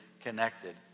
connected